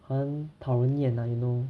很讨人厌啦 you know